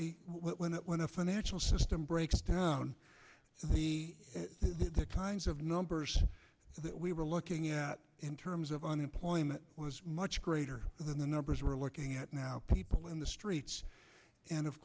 a when when the financial system breaks down the kinds of numbers that we were looking at in terms of unemployment was much greater than the numbers we're looking at now people in the streets and of